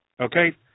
Okay